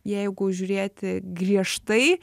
jeigu žiūrėti griežtai